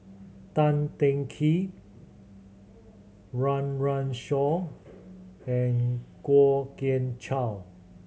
Tan Teng Kee Run Run Shaw and Kwok Kian Chow